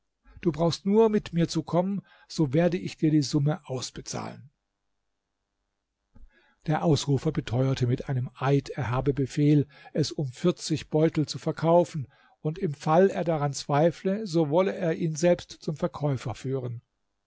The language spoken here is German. du brauchst nur mit mir zu kommen so werde ich dir die summe ausbezahlen der ausrufer beteuerte mit einem eid er habe befehl es um vierzig beutel zu verkaufen und im fall er daran zweifle so wolle er ihn selbst zum verkäufer führen